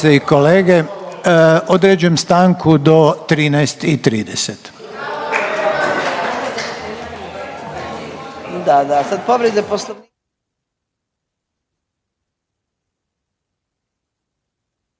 i kolege, određujem stanku do 13,30